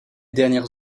dernières